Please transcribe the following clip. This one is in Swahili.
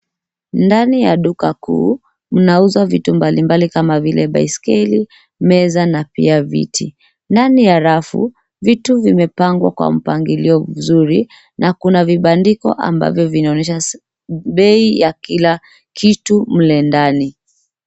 Ndani ya duka kuu mnauzwa vitu mbali mbali kama vile: baiskeli, meza na pia viti. Ndani ya rafu, vitu vimepangwa kwa mpangilio mzuri na kuna vibandiko ambavyo vinaonyesha bei ya kila kitu mle ndani.